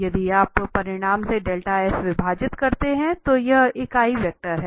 यदि आप परिमाण से विभाजित करते हैं तो यह इकाई वेक्टर है